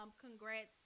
Congrats